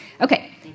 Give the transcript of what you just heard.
Okay